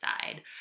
side